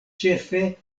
ĉefe